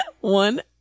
One